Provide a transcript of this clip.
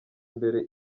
imbere